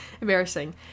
Embarrassing